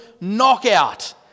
knockout